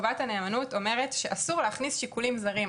חובת הנאמנות אומרת שאסור להכניס שיקולים זרים,